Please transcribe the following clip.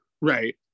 Right